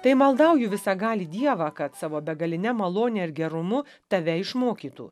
tai maldauju visagalį dievą kad savo begaline malone ir gerumu tave išmokytų